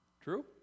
True